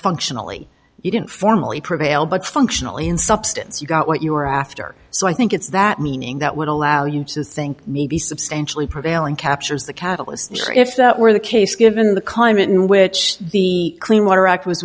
functionally you didn't formally prevail but functionally in substance you got what you were after so i think it's that meaning that would allow you to think maybe substantially prevailing captures the catalyst if that were the case given the current in which the clean water act w